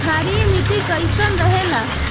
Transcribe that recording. क्षारीय मिट्टी कईसन रहेला?